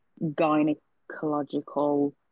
gynecological